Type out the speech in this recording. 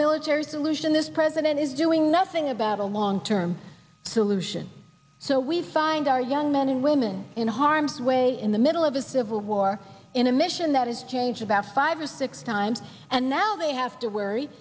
military zhen this president is doing nothing about a long term solution so we find our young men and women in harm's way in the middle of a civil war in a mission that has changed about five or six times and now they have to worry